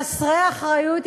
חסרי האחריות,